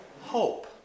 hope